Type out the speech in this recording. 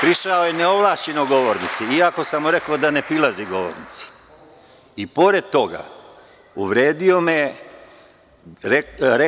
Prišao je neovlašćeno govornici, iako sam mu rekao da ne prilazi govornici i pored toga uvredio me je.